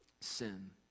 sin